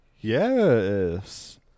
Yes